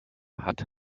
hat